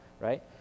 right